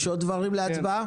יש עוד דברים להצבעה?